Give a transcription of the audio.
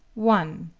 one.